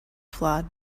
flawed